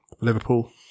Liverpool